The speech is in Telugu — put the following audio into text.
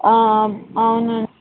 అవునండి